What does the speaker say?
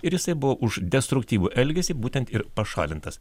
ir jisai buvo už destruktyvų elgesį būtent ir pašalintas